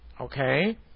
Okay